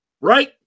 right